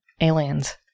aliens